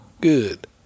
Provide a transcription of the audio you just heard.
good